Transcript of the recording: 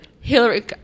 Hillary